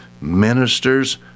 ministers